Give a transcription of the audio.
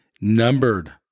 Numbered